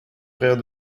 frère